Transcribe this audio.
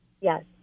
Yes